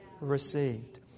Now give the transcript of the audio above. received